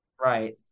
Right